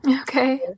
Okay